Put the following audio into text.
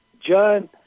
John